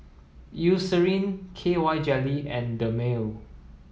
Eucerin K Y jelly and Dermale